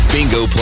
Bingo